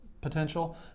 Potential